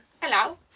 hello